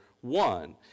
one